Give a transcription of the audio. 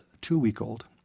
two-week-old